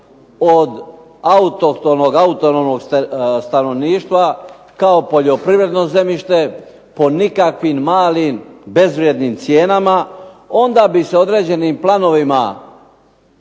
autonomnog stanovništva kao poljoprivredno zemljište po nikakvim malim bezvrijednim cijenama. Onda bi se određenim planovima